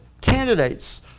candidates